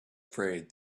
afraid